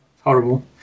horrible